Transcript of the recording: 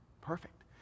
perfect